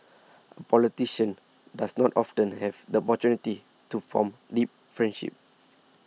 a politician does not often have the opportunity to form deep friendships